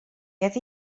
ydy